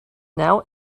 now